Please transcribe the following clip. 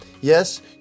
Yes